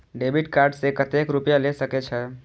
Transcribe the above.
Debit card से कतेक रूपया ले सके छै?